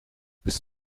bist